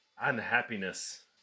unhappiness